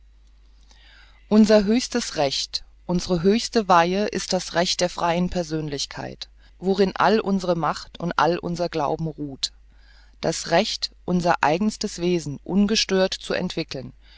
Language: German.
unser höchstes recht uns're höchste weihe ist das recht der freien persönlichkeit worin all uns're macht und all unser glauben ruht das recht unser eigenstes wesen ungestört zu entwickeln